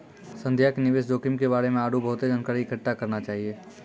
संध्या के निवेश जोखिम के बारे मे आरु बहुते जानकारी इकट्ठा करना चाहियो